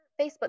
Facebook